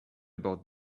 about